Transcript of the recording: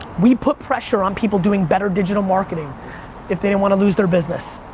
we put pressure on people doing better digital marketing if they didn't want to lose their business.